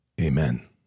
amen